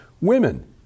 women